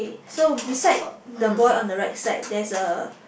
so beside the boy on the right side there is a